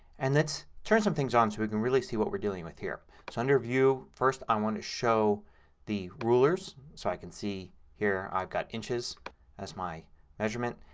and let's turn some things on so we can really see what we're dealing with here. so under view first i want to show the rulers. so i can see here i've got inches as my measurement.